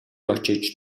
очиж